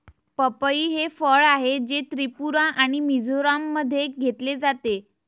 पपई हे फळ आहे, जे त्रिपुरा आणि मिझोराममध्ये घेतले जाते